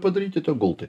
padaryti tie gultai